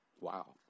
wow